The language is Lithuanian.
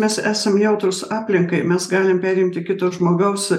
mes esam jautrūs aplinkai mes galim perimti kito žmogaus